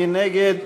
מי נגד?